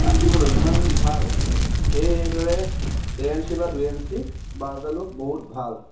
আঁকিবলৈ যিমান ভাল সেই সেইদৰে ডেৰ এনচি বা দুই এনচি ব্ৰাছডালো বহুত ভাল